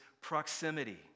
proximity